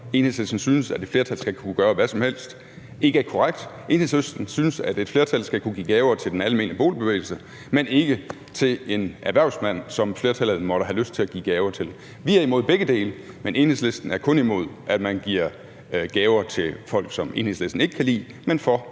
Enhedslisten synes, at et flertal skal kunne gøre hvad som helst, ikke er korrekt; Enhedslisten synes, at et flertal skal kunne give gaver til den almene boligbevægelse, men ikke til en erhvervsmand, som flertallet måtte have lyst til at give gaver til. Vi er imod begge dele, men Enhedslisten er kun imod, at man giver gaver til folk, som Enhedslisten ikke kan lide, mens